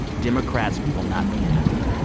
democrats will not be happy.